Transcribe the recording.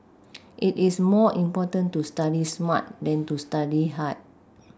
it is more important to study smart than to study hard